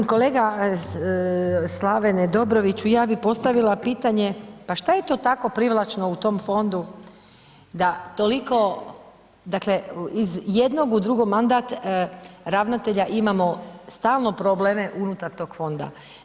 Pa kolega Slavene Dobroviću, ja bi postavila pitanje, pa što je tako privlačno u tom fondu da toliko, dakle iz jednog u drugi mandat ravnatelja imamo stalno probleme unutar toga fonda.